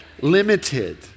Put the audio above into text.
limited